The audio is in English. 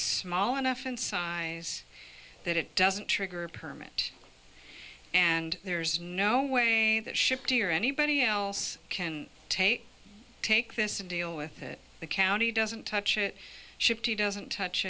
s enough in size that it doesn't trigger a permanent and there's no way that ship to you or anybody else can take take this and deal with it the county doesn't touch it shifty doesn't touch